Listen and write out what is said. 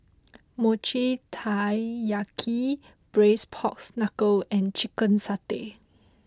Mochi Taiyaki Braised Pork Knuckle and Chicken Satay